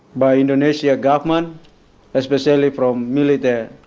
by indonesian government especially from military.